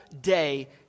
day